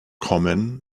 kommen